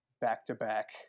back-to-back